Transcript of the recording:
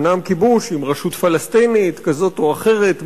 אומנם כיבוש עם רשות פלסטינית כזאת או אחרת,